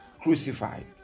crucified